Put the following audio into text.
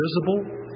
Visible